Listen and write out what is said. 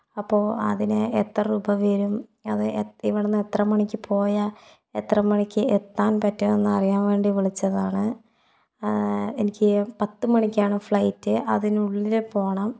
അപ്പോൾ അതിന് എത്ര രൂപ വരും അത് ഇവിടെനിന്ന് എത്ര മണിക്ക് പോയാൽ എത്ര മണിക്ക് എത്താൻ പറ്റുമെന്ന് അറിയാൻ വേണ്ടി വിളിച്ചതാണ് എനിക്ക് പത്തു മണിക്കാണ് ഫ്ലൈറ്റ് അതിനുള്ളിൽ പോകണം